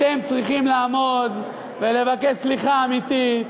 אתם צריכים לעמוד ולבקש סליחה אמיתית.